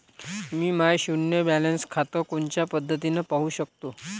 मी माय शुन्य बॅलन्स खातं कोनच्या पद्धतीनं पाहू शकतो?